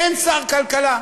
אין שר כלכלה.